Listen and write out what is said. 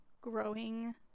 growing